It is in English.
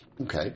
Okay